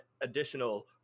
additional